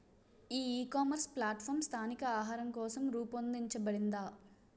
ఈ ecommerce platform స్థానిక ఆహారం కోసం రూపొందించబడిందా?